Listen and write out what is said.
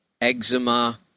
eczema